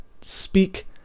speak